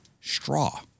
straw